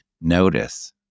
notice